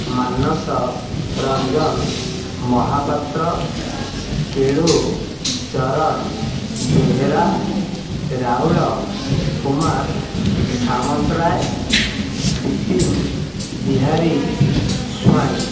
Manas Ranjan Mohapatra Kelu Charan Behera Raul Kumar Samantaray Bipin Bihari Swain